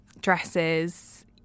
dresses